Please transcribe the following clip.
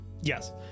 Yes